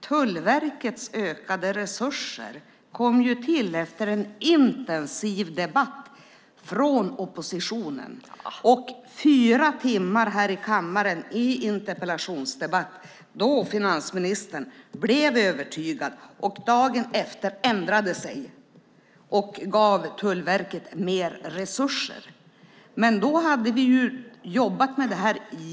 Tullverkets ökade resurser kom till efter en intensiv debatt från oppositionen och fyra timmars interpellationsdebatt här i kammaren då finansministern blev övertygad och dagen efter ändrade sig och gav Tullverket mer resurser. Då hade vi jobbat jättelänge med det här.